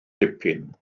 dipyn